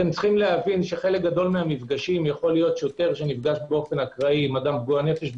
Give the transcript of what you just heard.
חלק גדול מהמפגשים יכול להיות שוטר שנפגש אקראית עם אדם פגוע נפש,